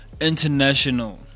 international